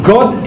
God